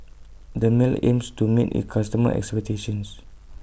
Dermale aims to meet IT customers' expectations